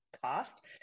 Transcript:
cost